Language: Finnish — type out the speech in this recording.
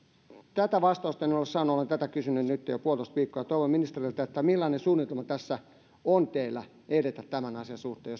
tähän vastausta en ole saanut olen tätä kysynyt nytten jo puolitoista viikkoa ja toivon ministereiltä jos voisitte vähän avata sitä millainen suunnitelma tässä on teillä edetä tämän asian suhteen